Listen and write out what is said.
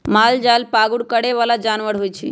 मालजाल पागुर करे बला जानवर होइ छइ